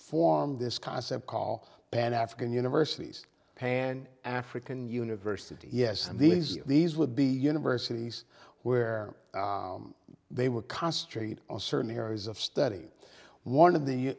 form this concept call pan african universities pan african university yes and these these would be universities where they were concentrated on certain areas of study one of the